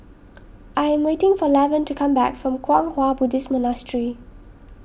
I am waiting for Lavern to come back from Kwang Hua Buddhist Monastery